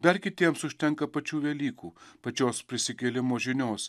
dar kitiems užtenka pačių velykų pačios prisikėlimo žinios